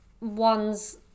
ones